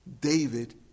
David